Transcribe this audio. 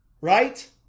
right